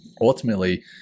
Ultimately